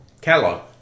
catalog